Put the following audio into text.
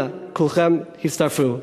אנא, כולכם, הצטרפו.